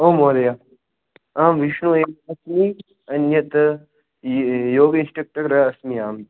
आम् महोदय अहम् विष्णुः एकमस्मि अन्यत् योग इन्स्ट्रक्टर् अस्मि अहम्